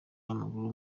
w’amaguru